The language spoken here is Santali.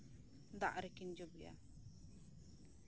ᱫᱟᱜ ᱨᱮᱠᱤᱱ ᱡᱚᱵᱮᱜᱼᱟ